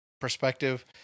perspective